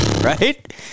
Right